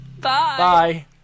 Bye